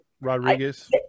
Rodriguez